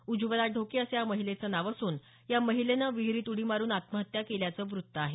उज्ज्वला ढोके असं या महिलेचं नाव असून या महिलेनं विहिरीत उडी मारुन आत्महत्या केल्याचं वृत्त आहे